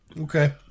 Okay